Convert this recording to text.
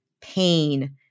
pain